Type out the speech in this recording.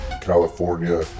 California